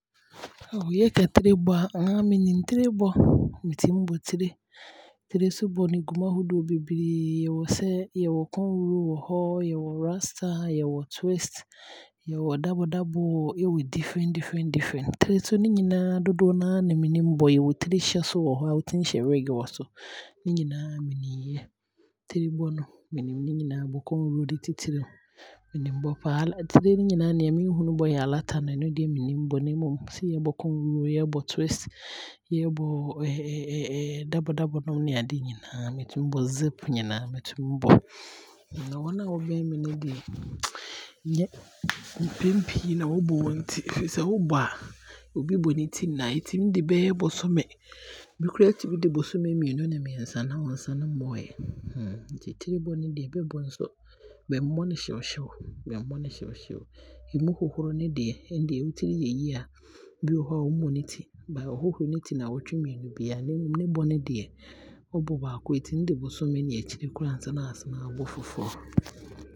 Maayɛ hairdresser pɛn, na mee medeɛ mammɔ tire. Saa time no na tirebɔ nni hɔ saa. Nti cornroll, ne yɛ ahohoro, na na yɛatwe na yɛasɔ pony. Na ntam a mete no, me hu sɛ ɔmo bɔ tire nso ɔmo mmɔ tire no ntɛntɛm. Bi wɔhɔ a bɛyɛ no 2 weeks, 3 weeks na ɔmo aabɔ. Bi nso a 1 weeks, ɔbɔ, na waasane na waakɔbɔ. Nti ti bɔ no nnyɛ adea bɛbɔ no pii.